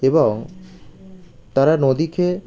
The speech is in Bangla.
এবং তারা নদীকে